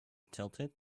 tilted